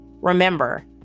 Remember